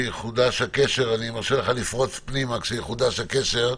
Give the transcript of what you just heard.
אני מרשה לך לפרוץ פנימה כשיחודש הקשר,